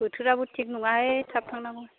बोथोराबो थिग नङाहाय थाब थांनांगौ